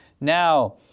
Now